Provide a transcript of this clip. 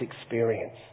experience